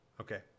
Okay